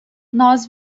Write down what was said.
nós